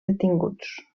detinguts